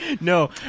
no